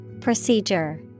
Procedure